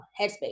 headspace